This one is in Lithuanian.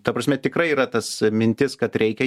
ta prasme tikrai yra tas mintis kad reikia